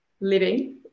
living